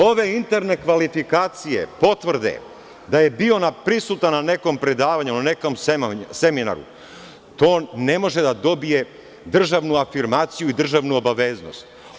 Ove interne kvalifikacije, potvrde da je bio prisutan na nekom predavanju, na nekom seminaru, to ne može da dobije državnu afirmaciju i državnu obaveznost.